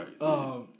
Right